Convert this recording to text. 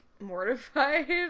mortified